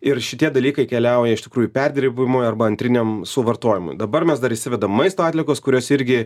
ir šitie dalykai keliauja iš tikrųjų perdirbimui arba antriniam suvartojimui dabar mes dar įsivedam maisto atliekos kurios irgi